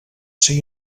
ser